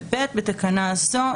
(ב) בתקנה זו,